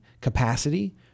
capacity